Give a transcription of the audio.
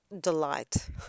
delight